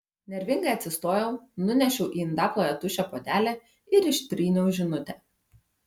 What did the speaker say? nervingai atsistojau nunešiau į indaplovę tuščią puodelį ir ištryniau žinutę